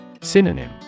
synonym